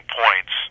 points